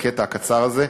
בקטע הקצר הזה,